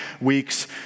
weeks